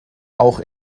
auch